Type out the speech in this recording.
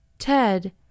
Ted